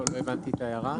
לא הבנתי את ההערה.